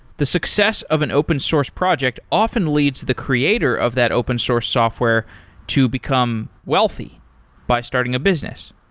the success of an open source project often leads the creator of that open source software to become wealthy by starting a business.